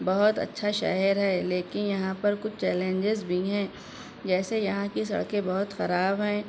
بہت اچھا شہر ہے لیکن یہاں پر کچھ چیلنجیز بھی ہیں جیسے یہاں کی سڑکیں بہت خراب ہیں